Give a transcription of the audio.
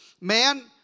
man